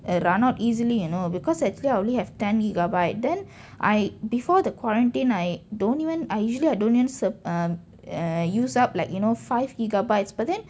uh run out easily you know because actually I only have ten gigabyte then I before the quarantine I don't even I usually I don't even sup~ err err use up like you know five gigabytes but then